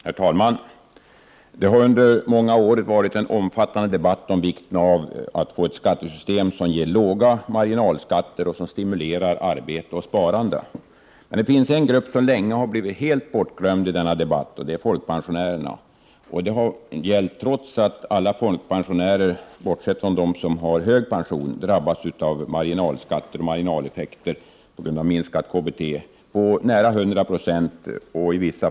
Herr talman! Det har under många år förts en omfattande debatt om vikten av att få ett skattesystem som har låga marginalskatter och som stimulerar arbete och sparande. En grupp har länge blivit helt bortglömd i denna debatt, folkpensionärerna, detta trots att alla folkpensionärer, bortsett från dem som har en hög pension, på grund av minskning av det extra avdraget och av det kommunala bostadstillägget drabbas av marginalskatter och marginaleffekter på nära 100 96.